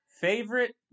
Favorite